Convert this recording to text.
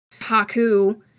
Haku